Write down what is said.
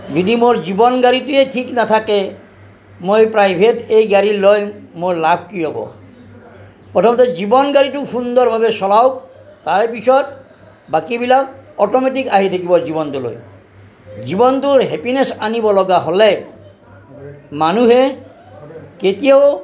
যদি মোৰ জীৱন গাড়ীটোৱে ঠিক নাথাকে মই প্ৰাইভেট এই গাড়ী লৈ মোৰ লাভ কি হ'ব প্ৰথমতে জীৱন গাড়ীটো সুন্দৰভাৱে চলাওক তাৰপিছত বাকীবিলাক অট'মেটিক আহি থাকিব জীৱনটোলৈ জীৱনটোৰ হেপিনেছ আনিব লগা হ'লে মানুহে কেতিয়াও